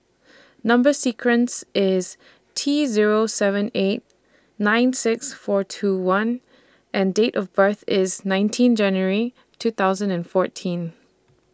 Number sequence IS T Zero seven eight nine six four two one and Date of birth IS nineteen January two thousand and fourteen